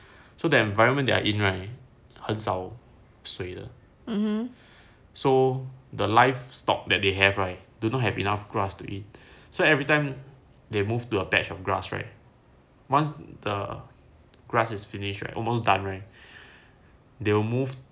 so the environment they are in right 很少水的 so the livestock that they have right do not have enough grass to eat so everytime they moved to a patch of grass right once the grass is finish right almost done right they will move